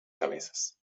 cabezas